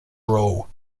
row